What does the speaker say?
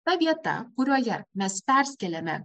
ta vieta kurioje mes persikeliame